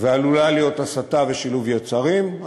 ועלולים להיות הסתה ושלהוב יצרים,